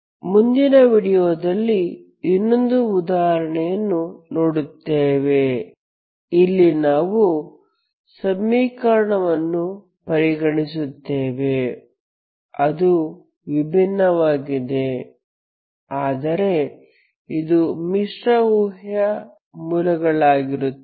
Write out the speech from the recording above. ಮುಂದಿನ ವೀಡಿಯೊದಲ್ಲಿ ಇನ್ನೊಂದು ಉದಾಹರಣೆಯನ್ನು ನೋಡುತ್ತೇವೆ ಇಲ್ಲಿ ನಾವು ಸಮೀಕರಣವನ್ನು ಪರಿಗಣಿಸುತ್ತೇವೆ ಅದು ವಿಭಿನ್ನವಾಗಿದೆ ಆದರೆ ಇದು ಮಿಶ್ರ ಊಹ್ಯ ಮೂಲಗಳಾಗಿರುತ್ತದೆ